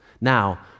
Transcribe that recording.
Now